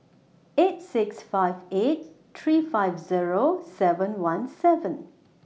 eight six five eight three five Zero seven one seven